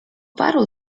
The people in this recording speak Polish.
paru